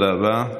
תודה רבה.